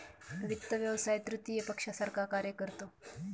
वित्त व्यवसाय तृतीय पक्षासारखा कार्य करतो